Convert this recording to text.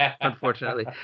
unfortunately